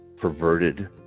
perverted